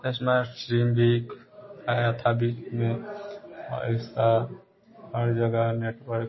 इस बार सिम भी आया था बीच में और इस बार हर जगह नेटवर्क